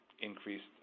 increased